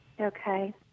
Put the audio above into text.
Okay